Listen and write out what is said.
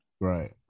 Right